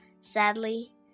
Sadly